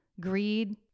greed